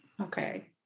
Okay